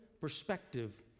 perspective